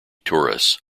tourists